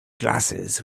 glasses